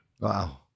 Wow